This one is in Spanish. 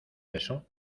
beso